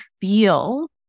feel